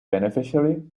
beneficiary